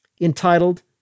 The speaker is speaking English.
entitled